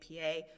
APA